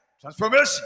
Transformation